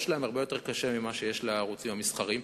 שלהם הרבה יותר קשה מזה של הערוצים המסחריים,